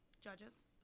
judges